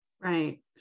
Right